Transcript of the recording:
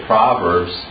Proverbs